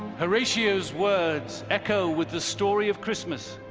horatio's words echo with the story of christmas,